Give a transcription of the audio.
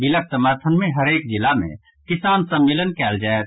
बिलक समर्थन मे हरेक जिला मे किसान सम्मेलन कयल जायत